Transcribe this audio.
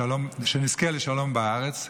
לשלום בארץ.